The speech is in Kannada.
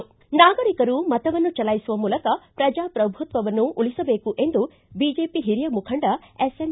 ನಾಗರೀಕರು ಮತವನ್ನು ಚಲಾಯಿಸುವ ಮೂಲಕ ಪ್ರಜಾಪ್ರಭುತ್ವವನ್ನು ಉಳಿಸಬೇಕು ಎಂದು ಬಿಜೆಪಿ ಹಿರಿಯ ಮುಖಂಡ ಎಸ್ ಎಂ